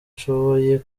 nshoboye